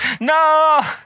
No